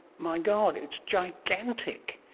my god, it's gigantic,